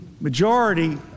majority